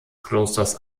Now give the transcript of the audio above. klosters